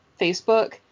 Facebook